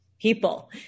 people